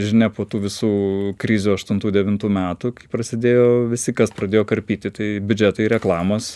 žinia po tų visų krizių aštuntų devintų metų kai prasidėjo visi kas pradėjo karpyti tai biudžetai reklamos